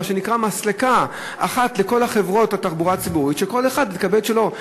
מה שנקרא מסלקה אחת לכל חברות התחבורה הציבורית כך שכל אחד יקבל את שלו.